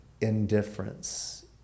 Indifference